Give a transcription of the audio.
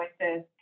voices